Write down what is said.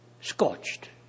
scorched